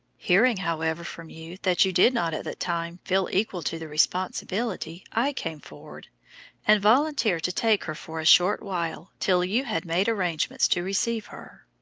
hearing, however, from you that you did not at that time feel equal to the responsibility, i came forward and volunteered to take her for a short while till you had made arrangements to receive her.